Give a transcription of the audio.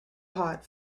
hot